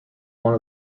one